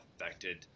affected